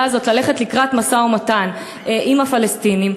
הזאת ללכת לקראת משא-ומתן עם הפלסטינים?